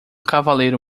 cavalheiro